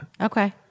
Okay